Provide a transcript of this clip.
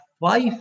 five